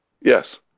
Yes